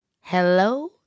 Hello